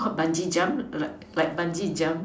bungee jump like like bungee jump